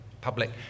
public